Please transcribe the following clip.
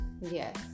Yes